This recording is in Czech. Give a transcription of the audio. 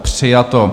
Přijato.